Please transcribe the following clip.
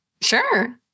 Sure